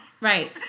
right